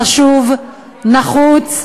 חשוב, נחוץ,